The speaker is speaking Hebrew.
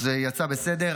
אז זה יצא בסדר.